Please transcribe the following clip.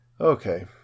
Okay